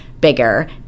bigger